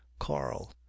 carl